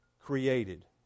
created